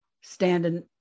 standing